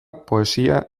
poesia